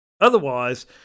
Otherwise